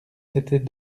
c’était